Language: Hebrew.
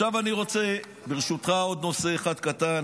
עכשיו אני רוצה, ברשותך, עוד נושא אחד קטן